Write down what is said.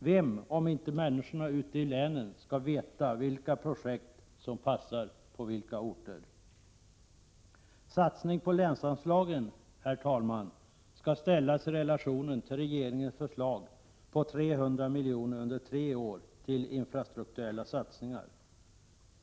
Vem, om inte människorna ute i länen, vet vilka projekt som passar på resp. orter? Satsning på länsanslagen, herr talman, skall ställas i relation till regeringens förslag på 300 miljoner under tre år till infrastrukturella satsningar.